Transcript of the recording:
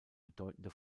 bedeutende